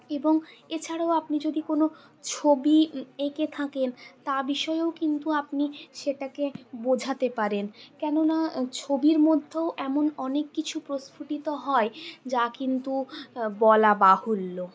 এবং এছাড়াও আপনি যদি কোনো ছবি এঁকে থাকেন তা বিষয়েও কিন্তু আপনি সেটাকে বোঝাতে পারেন কেননা ছবির মধ্যেও এমন অনেক কিছু প্রস্ফুটিত হয় যা কিন্তু বলা বাহুল্য